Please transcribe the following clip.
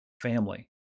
family